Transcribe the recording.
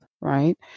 right